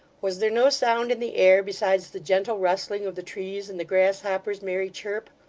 was there no sound in the air, besides the gentle rustling of the trees and the grasshopper's merry chirp?